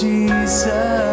Jesus